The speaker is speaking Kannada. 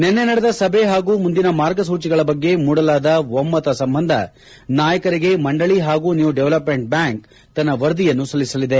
ನಿನ್ನೆ ನಡೆದ ಸಭೆ ಹಾಗೂ ಮುಂದಿನ ಮಾರ್ಗಸೂಚಗಳ ಬಗ್ಗೆ ಮೂಡಲಾದ ಒಮ್ಮತ ಸಂಬಂಧ ನಾಯಕರಿಗೆ ಮಂಡಳ ಹಾಗೂ ನ್ನೂ ಡೆವೆಲ್ಪೆಂಟ್ ಬ್ಹಾಂಕ್ ತನ್ನ ವರದಿಯನ್ನು ಸಲ್ಲಿಸಲಿದೆ